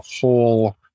whole